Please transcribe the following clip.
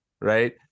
Right